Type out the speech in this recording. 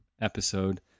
episode